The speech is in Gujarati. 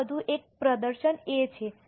ત્યાં વધુ એક પ્રદર્શન a છે